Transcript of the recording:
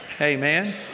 Amen